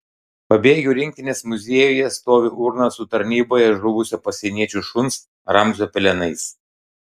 pabėgių rinktinės muziejuje stovi urna su tarnyboje žuvusio pasieniečių šuns ramzio pelenais